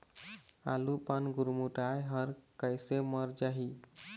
आलू पान गुरमुटाए हर कइसे मर जाही?